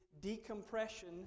decompression